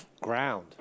ground